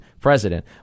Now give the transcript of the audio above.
president